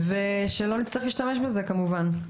ושלא נצטרך להשתמש בזה כמובן.